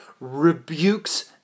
rebukes